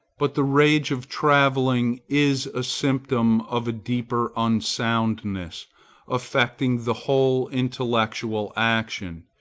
but the rage of travelling is a symptom of a deeper unsoundness affecting the whole intellectual action.